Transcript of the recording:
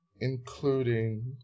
Including